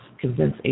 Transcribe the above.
convince